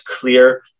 clear